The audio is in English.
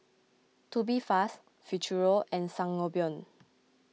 Tubifast Futuro and Sangobion